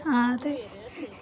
हां ते